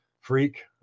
freak